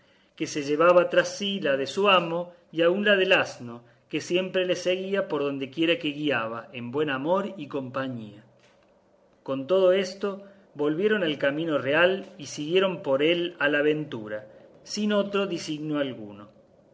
que se llevaba tras sí la de su amo y aun la del asno que siempre le seguía por dondequiera que guiaba en buen amor y compañía con todo esto volvieron al camino real y siguieron por él a la ventura sin otro disignio alguno